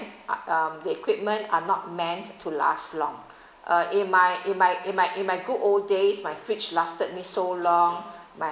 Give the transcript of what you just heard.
um the equipment are not meant to last long uh in my in my in my in my good old days my fridge lasted me so long my